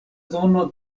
zono